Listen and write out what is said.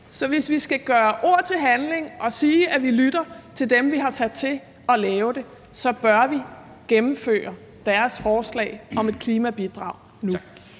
og hvis vi skal gøre ord til handling og sige, at vi lytter til dem, vi har sat til at lave det, så bør vi gennemføre deres forslag om et klimabidrag nu.